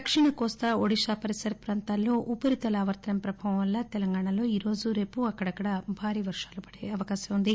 దక్షిణ కోస్తా ఒడిశా పరిసర ప్రాంతాల్లో ఉపరితల ఆవర్తనం ప్రభావం వల్ల తెలంగాణలో ఈ రోజు రేపు అక్కడక్కడా భారీ వర్షాలు పడే అవకాశం ఉంది